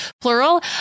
plural